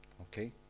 Okay